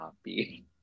happy